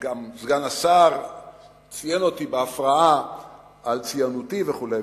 וגם סגן השר ציין אותי בהפרעה על ציונותי וכו'.